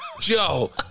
Joe